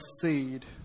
seed